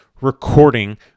recording